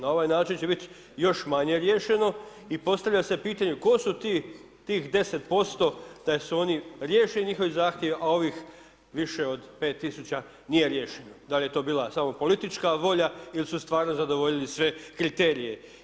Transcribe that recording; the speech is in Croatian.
Na ovaj način će bit još manje riješeno i postavlja se pitanje tko su tih 10% da se oni riješe njihovi zahtjevi, a ovih više od 5000 nije riješeno, da li je to bila samo politička volja ili u stvarno zadovoljili sve kriterije?